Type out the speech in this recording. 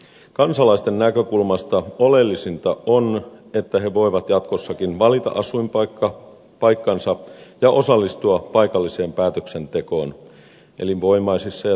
kansalaisten näkökulmasta oleellisinta on että he voivat jatkossakin valita asuinpaikkansa ja osallistua paikalliseen päätöksentekoon elinvoimaisissa ja toimivissa kunnissa